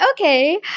Okay